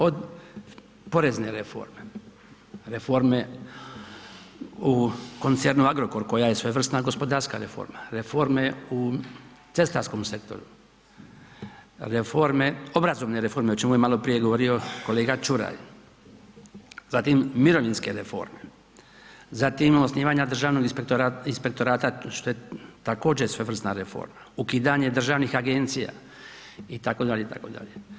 Od porezne reforme, reforme u koncernu Agrokor koja je svojevrsna gospodarska reforma, reforme u cestarskom sektoru, reforme obrazovne reforme o čemu je maloprije govorio kolega Čuraj, zatim mirovinske reforme, zatim osnivanja Državnog inspektorata, što je također svojevrsna reforma, ukidanje državnih agencija, itd., itd.